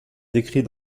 décrits